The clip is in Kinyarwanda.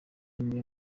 umwe